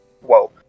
Whoa